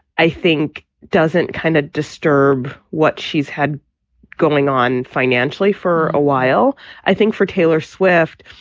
i think, doesn't kind of disturb what she's had going on financially for a while i think for taylor swift,